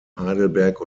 heidelberg